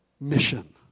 Mission